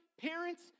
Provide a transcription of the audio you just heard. parents